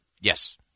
Yes